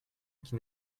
qui